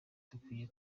dukwiye